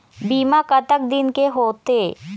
बीमा कतक दिन के होते?